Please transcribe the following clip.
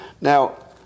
Now